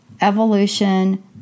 Evolution